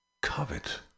covet